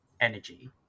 energy